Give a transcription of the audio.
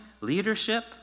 leadership